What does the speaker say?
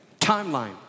Timeline